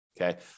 okay